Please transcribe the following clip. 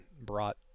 brought